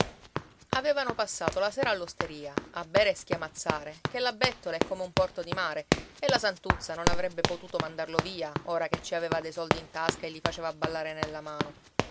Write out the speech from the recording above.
avevano passato la sera all'osteria a bere e schiamazzare che la bettola è come un porto di mare e la santuzza non avrebbe potuto mandarlo via ora che ci aveva dei soldi in tasca e li faceva ballare nella mano